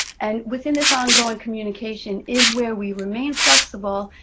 and within this ongoing communication is where we remain flexible,